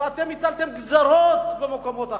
והטלתם גזירות במקומות אחרים.